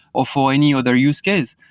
or for any other use case.